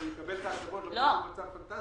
היא תקבל את ההטבות למרות שהיא במצב פנטסטי?